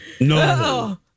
No